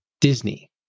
Disney